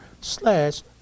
slash